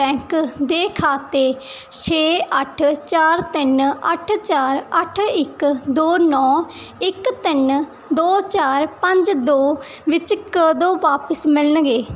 bank ਦੇ ਖਾਤੇ ਛੇ ਅੱਠ ਚਾਰ ਤਿੰਨ ਅੱਠ ਚਾਰ ਅੱਠ ਇੱਕ ਦੋ ਨੌਂ ਇੱਕ ਤਿੰਨ ਦੋ ਚਾਰ ਪੰਜ ਦੋ ਵਿੱਚ ਕਦੋਂ ਵਾਪਸ ਮਿਲਣਗੇ